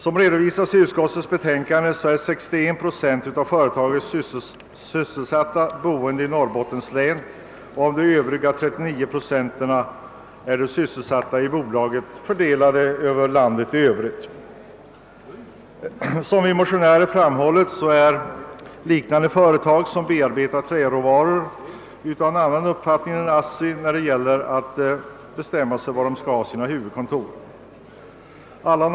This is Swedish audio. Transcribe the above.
Som redovisats i utskottets utlåtande är 61 procent av de i företaget sysselsatta boende i Norrbottens län. De övriga 39 procenten är fördelade över landet i övrigt. Som vi motionärer framhållit är andra liknande företag som bearbetar träråvaror av en annan uppfattning än ASSI när det gäller frågan om sina huvudkontors förläggning.